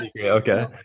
Okay